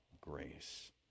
grace